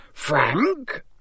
Frank